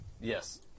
Yes